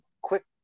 quick